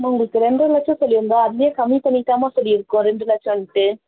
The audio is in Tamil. அம்மா உங்களுக்கு ரெண்டரை லட்சம் சொல்லியிருந்தோம் அதுவே கம்மி பண்ணிதானம்மா சொல்லியிருக்கோம் ரெண்டு லட்சம்ட்டு